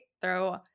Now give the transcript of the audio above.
throw